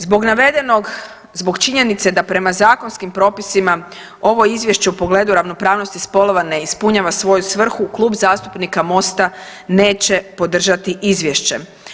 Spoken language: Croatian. Zbog navedenog, zbog činjenice da prema zakonskim propisima ovo izvješće u pogledu ravnopravnosti spolova ne ispunjava svoju svrhu Klub zastupnika MOST-a neće podržati izvješće.